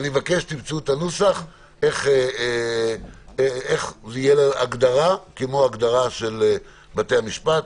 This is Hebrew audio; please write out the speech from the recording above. ואני מבקש שתמצאו את הנוסח איך תהיה הגדרה כמו הגדרה של בתי המשפט.